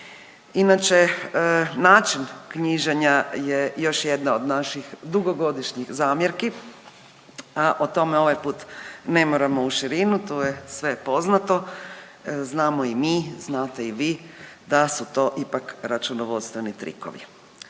Inače način knjiženja je još jedna od naših dugogodišnjih zamjerki, a o tome ovaj put ne moramo u širini. Tu je sve poznato, znamo i mi, znate i vi da su to ipak računovodstveni trikovi.